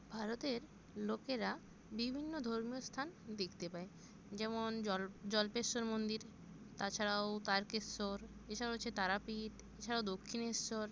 ভারতের লোকেরা বিভিন্ন ধর্মীয় স্থান দেখতে পায় যেমন জল জল্পেশ্বর মন্দির তাছাড়াও তারকেশ্বর এছাড়াও রয়েছে তারাপীঠ এছাড়াও দক্ষিণেশ্বর